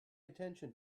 attention